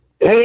Hey